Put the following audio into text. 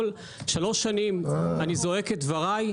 שלוש שנים אני זועק את דברי,